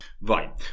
Right